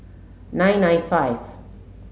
nine nine five